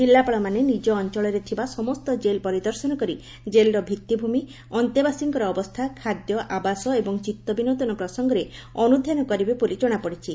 ଜିଲ୍ଲାପାଳମାନେ ନିଙ୍କ ଅଞ୍ଞଳରେ ଥିବା ସମସ୍ତ ଜେଲ୍ ପରିଦର୍ଶନ କରି ଜେଲ୍ର ଭିଭିମି ଅନ୍ତେବାସୀଙ୍କ ଅବସ୍ଥା ଖାଦ୍ୟ ଆବାସ ଏବଂ ଚିଉବିନୋଦନ ପ୍ରସଙ୍ଗରେ ଅନୁଧ୍ଧାନ କରିବେ ବୋଲି ଜଣାପଡ଼ିଛି